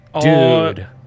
dude